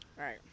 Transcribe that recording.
right